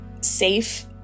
safe